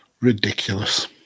Ridiculous